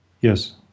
Yes